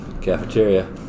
cafeteria